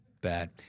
bad